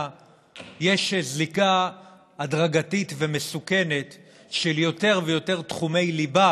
יש זליגה הדרגתית ומסוכנת של יותר ויותר תחומי ליבה